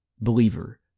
believer